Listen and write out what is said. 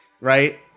right